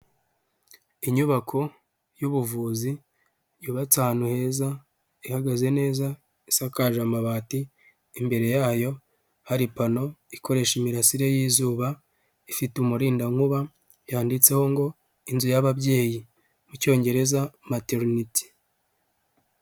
Inyubako y'ubuvuzi ya ibatanu ahantu heza, ihagaze neza, isakaje amabati imbere yayo hari pano ikoresha imirasire yizuba ifite umurindankuba yanditseho ngo inzu yaba'ababyeyi mu cyongereza, materineti.